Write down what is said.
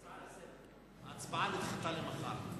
חבר הכנסת מולה, הצעה לסדר: ההצבעה נדחתה למחר.